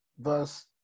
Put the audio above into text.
verse